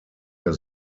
der